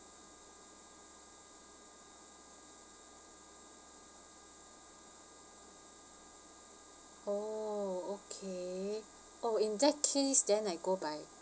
oh okay oh in that case then I go by